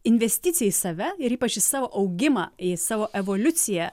investicija į save ir ypač į savo augimą į savo evoliuciją